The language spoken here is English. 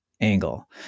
angle